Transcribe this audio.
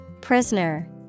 Prisoner